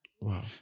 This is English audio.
Wow